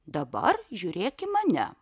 dabar žiūrėk į mane